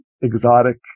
exotic